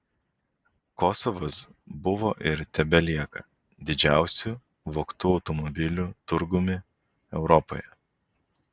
kosovas buvo ir tebelieka didžiausiu vogtų automobilių turgum europoje